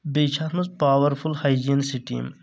بیٚیہِ چھِ اَتھ منٛز پاورفُل ہاے جیٖن سِٹیٖم